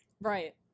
right